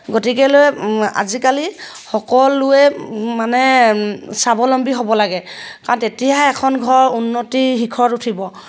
গতিকেলৈ আজিকালি সকলোৱে মানে স্বাৱলম্বী হ'ব লাগে কাৰণ তেতিয়াহে এখন ঘৰৰ উন্নতি শিখৰত উঠিব